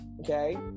okay